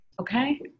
Okay